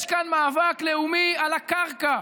יש כאן מאבק לאומי על הקרקע,